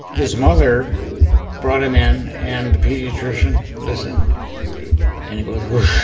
his mother brought him in and the pediatrician listened and it goes whoosh,